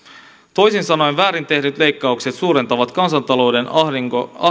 toisin sanoen väärin tehdyt leikkaukset suurentavat kansantalouden